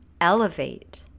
elevate